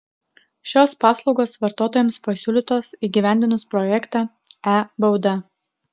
šios paslaugos vartotojams pasiūlytos įgyvendinus projektą e bauda